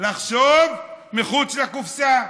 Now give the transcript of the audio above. לחשוב מחוץ לקופסה.